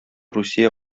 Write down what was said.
русия